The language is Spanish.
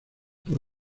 por